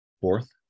Fourth